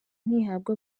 ntihabwa